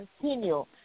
continue